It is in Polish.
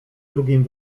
drugim